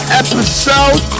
episode